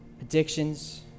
addictions